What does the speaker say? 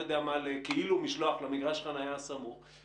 בגלל שצריך לקנות מלאים מחדש,